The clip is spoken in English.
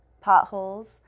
potholes